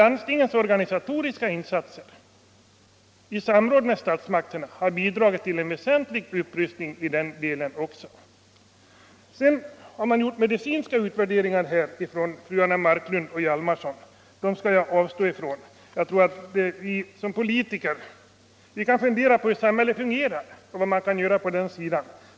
Landstingens organisatoriska insatser i samråd med statsmakterna har bidragit till en väsentlig upprustning på detta område. Fru Marklund och fru Hjalmarsson har också gjort medicinska utvärderingar. Sådana skall jag avstå från att göra. Vi politiker kan fundera på hur samhället fungerar och vad man kan göra i det avseendet.